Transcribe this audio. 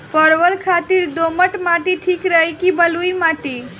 परवल खातिर दोमट माटी ठीक रही कि बलुआ माटी?